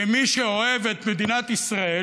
שמי שאוהב את מדינת ישראל